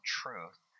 truth